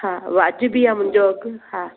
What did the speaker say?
हा वाजिबी आ मुंहिंजो अघु हा